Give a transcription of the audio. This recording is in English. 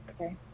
okay